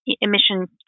emission